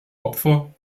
opfer